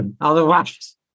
Otherwise